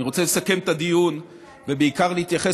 אני רוצה לסכם את הדיון ובעיקר להתייחס